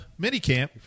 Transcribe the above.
minicamp